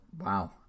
Wow